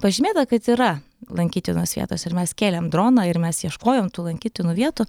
pažymėta kad yra lankytinos vietos ir mes kėlėm droną ir mes ieškojom tų lankytinų vietų